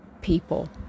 people